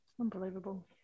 Unbelievable